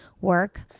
work